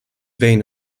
vein